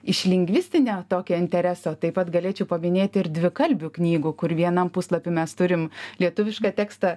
iš lingvistinio tokio intereso taip pat galėčiau paminėti ir dvikalbių knygų kur vienam puslapy mes turim lietuvišką tekstą